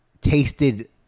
tasted